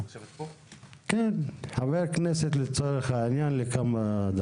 אני ממלא מקום במפעל ראוי בניר